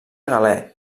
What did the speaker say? galè